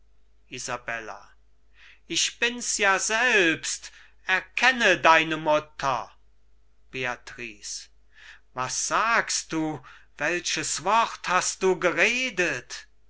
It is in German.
ich bin's ja selbst erkenne deine mutter beatrice was sagst du welches wort hast du geredet